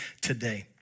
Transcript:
today